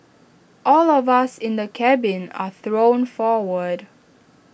all of us in the cabin are thrown forward